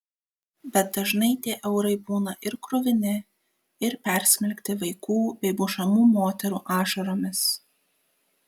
bet dažnai tie eurai būna ir kruvini ir persmelkti vaikų bei mušamų moterų ašaromis